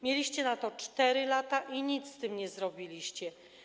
Mieliście na to 4 lata i nic z tym nie zrobiliście.